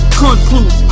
conclude